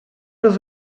раз